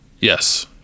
yes